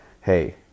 hey